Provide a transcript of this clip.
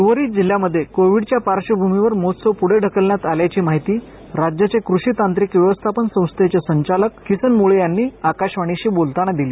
उर्वरीत जिल्हयामध्ये कोविडच्या पार्श्वभूमीवर महोत्सव पुढें ढकलण्यात आल्याची माहिती राज्याचे कृषी तांत्रिक व्यवस्थापन संस्था आत्मा संचालक किसन मुळे यांनी आकाशवाणीशी बोलताना दिली